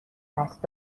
دست